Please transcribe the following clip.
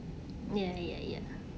ya ya ya